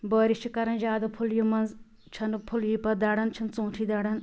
بٲرِش چھِ کَران زیٛادٕ پھٕلیہِ مَنٛز چھَنہٕ پھٕلیی پَتہٕ دَڑان چھِنہٕ ژوٗنٛٹھی دَڑان